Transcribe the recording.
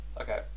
okay